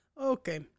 Okay